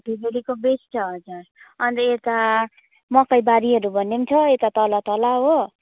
happy भ्यालीको best छ हजुर अन्त यता मकैबारीहरू भन्ने पनि छ यता तल तल हो